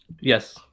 Yes